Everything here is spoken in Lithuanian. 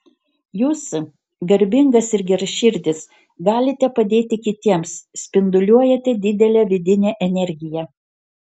jūs garbingas ir geraširdis galite padėti kitiems spinduliuojate didelę vidinę energiją